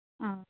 ᱚ